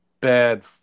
bad